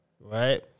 right